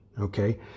Okay